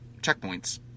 checkpoints